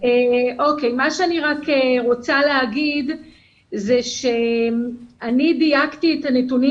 אני רוצה לומר שאני דייקתי את הנתונים